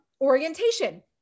orientation